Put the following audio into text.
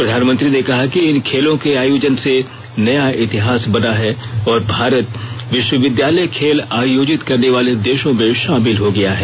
प्रधानमंत्री ने कहा कि इन खेलों के आयोजन से नया इतिहास बना है और भारत विश्वविद्यालय खेल आयोजित करने वाले देशों में शामिल हो गया है